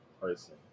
person